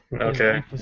okay